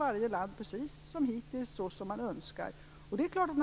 Varje land löser det som man önskar, precis som hittills.